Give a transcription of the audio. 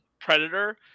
Predator